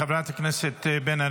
חברת הכנסת בן ארי.